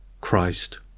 Christ